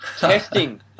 Testing